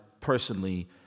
personally